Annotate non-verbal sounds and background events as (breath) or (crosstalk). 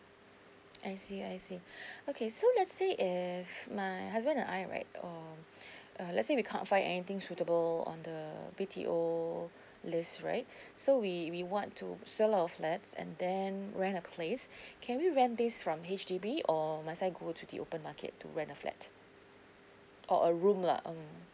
(noise) I see I see (breath) okay so let's say if my husband and I right um (breath) uh let's say we can't find anything suitable on the B_T_O list right (breath) so we we want to sell our flats and then rent a place (breath) can we rent based from H_D_B or must I go to the open market to rent a flat or a room lah um